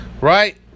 Right